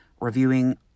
reviewing